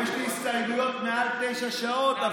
ההסתייגויות שלי הן תשע שעות.